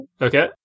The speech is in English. Okay